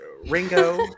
Ringo